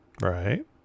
right